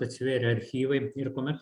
atsivėrė archyvai ir kuomet